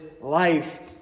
life